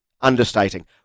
understating